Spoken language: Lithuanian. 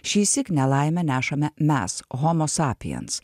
šįsyk nelaimę nešame mes homosapiens